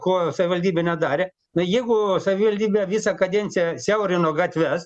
ko savivaldybė nedarė na jeigu savivaldybė visą kadenciją siaurino gatves